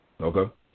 Okay